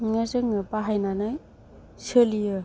नो जोङो बाहायनानै सोलियो